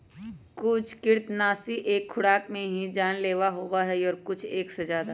कुछ कृन्तकनाशी एक खुराक में ही जानलेवा होबा हई और कुछ एक से ज्यादा